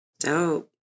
Dope